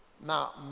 Now